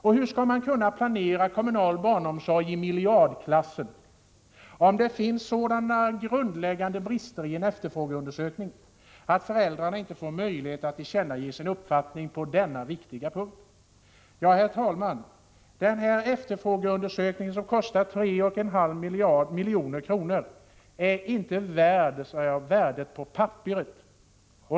Och hur skall man kunna planera kommunal barnomsorg i miljardklassen om det finns sådana grundläggande brister i efterfrågeundersökningen att föräldrarna inte får möjlighet att tillkännage sin uppfattning på denna viktiga punkt? Herr talman! Den här efterfrågeundersökningen, som kostar 3,5 milj.kr., är inte värd värdet på papperet.